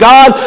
God